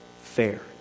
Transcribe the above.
fair